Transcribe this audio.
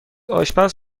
آشپز